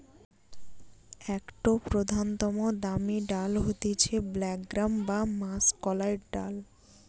একটো প্রধানতম দামি ডাল হতিছে ব্ল্যাক গ্রাম বা মাষকলাইর ডাল